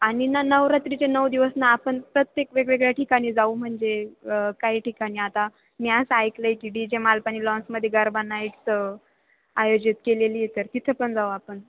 आणि ना नवरात्रीचे नऊ दिवस ना आपण प्रत्येक वेगवेगळ्या ठिकाणी जाऊ म्हणजे काही ठिकाणी आता असं ऐकलं आहे की डी जे मालपानी लॉन्समध्ये गरबा नाईटस् आयोजित केलेली आहे तर तिथं पण जाऊ आपण